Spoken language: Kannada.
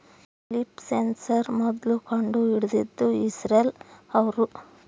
ಲೀಫ್ ಸೆನ್ಸಾರ್ ಮೊದ್ಲು ಕಂಡು ಹಿಡಿದಿದ್ದು ಇಸ್ರೇಲ್ ಅವ್ರು